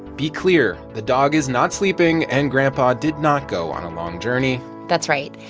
be clear. the dog is not sleeping. and grandpa did not go on a long journey that's right.